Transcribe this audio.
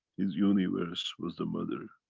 his universe was the mother.